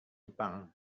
jepang